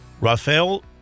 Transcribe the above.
Rafael